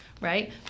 right